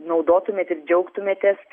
naudotumėt ir džiaugtumėtės